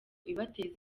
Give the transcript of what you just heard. ibateza